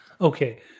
okay